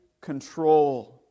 control